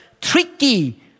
tricky